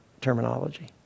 terminology